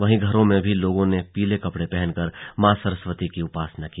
वहीं घरों में भी लोगों ने पीले कपड़े पहनकर मां सरस्वती की उपासना की